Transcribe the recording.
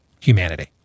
humanity